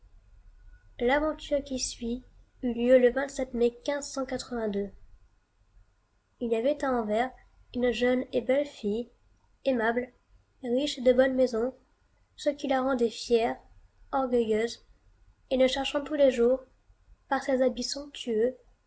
l'aventure qui suit eut lien le mai il y avait à anvers une jeune et belle fille aimable riche et de bonne maison ce qui la rendait fière orgueilleuse et ne cherchant tous les jours par ses habits somptueux